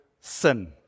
sin